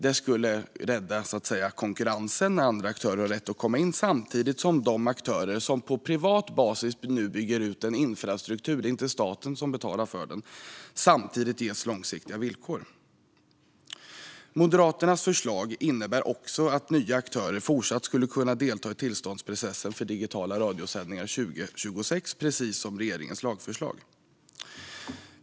Det skulle rädda konkurrensen med andra aktörer och ge dem rätt att komma in samtidigt som de aktörer som på privat basis nu bygger ut en infrastruktur - det är inte staten som betalar för den - ges långsiktiga villkor. Moderaternas förslag innebär också att nya aktörer fortsatt skulle kunna delta i tillståndsprocessen för digitala radiosändningar 2026, precis som föreslås i regeringens lagförslag.